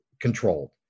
control